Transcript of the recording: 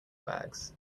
bags